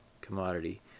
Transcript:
commodity